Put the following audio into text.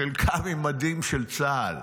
חלקם עם מדים של צה"ל,